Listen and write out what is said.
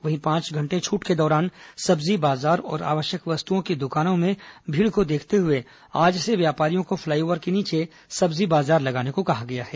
वहीं पांच घंटे छूट के दौरान सब्जी बाजार और आवश्यक वस्तुओं की दुकानों में भीड़ को देखते हुए आज से व्यापारियों को फ्लाईओव्हर के नीचे सब्जी बाजार लगाने को कहा गया है